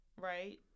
Right